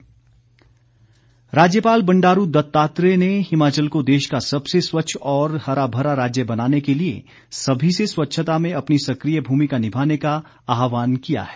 राज्यपाल राज्यपाल बंडारू दत्तात्रेय ने हिमाचल को देश का सबसे स्वच्छ और हराभरा राज्य बनाने के लिए सभी से स्वच्छता में अपनी सकिय भूमिका निभाने का आह्वान किया है